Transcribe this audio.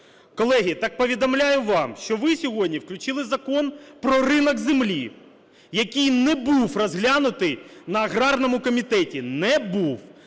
Колеги, так повідомляю вам, що ви сьогодні включили Закон про ринок землі, який не був розглянутий на аграрному комітеті, не був.